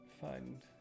find